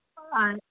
আর